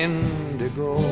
Indigo